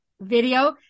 video